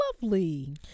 lovely